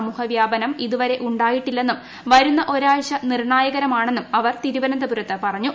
സമൂഹ വ്യാപനം ഇതുവരെ ഉണ്ടായിട്ടില്ലെന്നും വരുന്ന ഒരാഴ്ച നിർണ്ണായകമാണെന്നും അവർ തിരുവനന്തപുരത്ത് പറഞ്ഞു